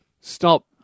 stop